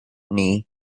knee